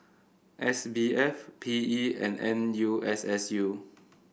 S B F P E and N U S S U